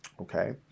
Okay